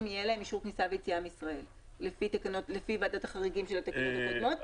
יהיה אישור כניסה ויציאה מישראל לפי ועדת החריגים של התקנות הקודמות.